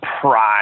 prime